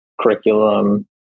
curriculum